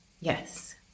yes